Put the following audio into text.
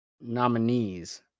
nominees